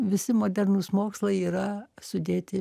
visi modernūs mokslai yra sudėti